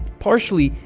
partially,